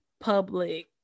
public